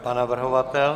Pan navrhovatel?